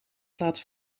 plaats